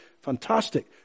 Fantastic